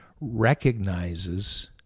recognizes